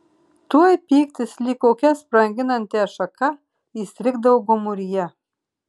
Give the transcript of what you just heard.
tuoj pyktis lyg kokia spranginanti ašaka įstrigdavo gomuryje